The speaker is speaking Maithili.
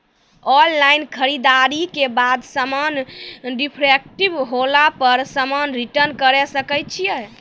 ऑनलाइन खरीददारी के बाद समान डिफेक्टिव होला पर समान रिटर्न्स करे सकय छियै?